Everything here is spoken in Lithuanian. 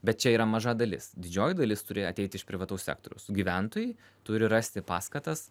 bet čia yra maža dalis didžioji dalis turi ateit iš privataus sektoriaus gyventojai turi rasti paskatas